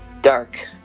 dark